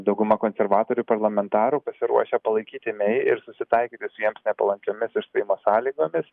dauguma konservatorių parlamentarų pasiruošę palaikyti mei ir susitaikyti su jiem nepalankiomis išstojimo sąlygomis